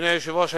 אדוני היושב-ראש,